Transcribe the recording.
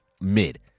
mid